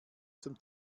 zum